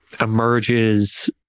emerges